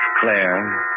Claire